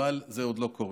אבל זה עוד לא קורה.